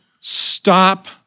stop